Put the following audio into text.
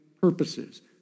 purposes